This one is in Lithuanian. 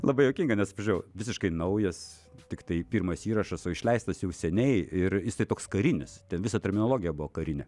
labai juokinga nes pažiūrėjau visiškai naujas tiktai pirmas įrašas o išleistas jau seniai ir jisai toks karinis ten visa terminologija buvo karinė